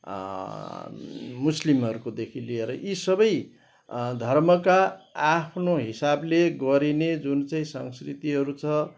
मुस्लिमहरूकोदेखि लिएर यी सबै धर्मका आफ्नो हिसाबले गरिने जुन चाहिँ संस्कृतिहरू छ